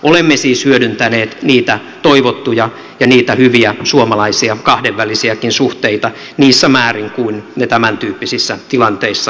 olemme siis hyödyntäneet niitä toivottuja ja niitä hyviä suomalaisia kahdenvälisiäkin suhteita niissä määrin kuin ne tämäntyyppisissä tilanteissa ovat mahdollisia